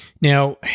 Now